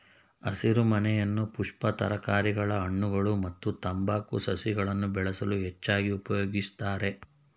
ಹಸಿರುಮನೆಯನ್ನು ಪುಷ್ಪ ತರಕಾರಿಗಳ ಹಣ್ಣುಗಳು ಮತ್ತು ತಂಬಾಕು ಸಸಿಗಳನ್ನು ಬೆಳೆಸಲು ಹೆಚ್ಚಾಗಿ ಉಪಯೋಗಿಸ್ತರೆ